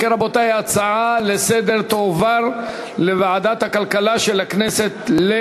להצעה לסדר-היום ולהעביר את הנושא לוועדת הכלכלה נתקבלה.